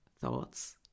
thoughts